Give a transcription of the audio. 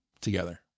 together